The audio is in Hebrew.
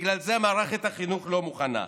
בגלל זה מערכת החינוך לא מוכנה.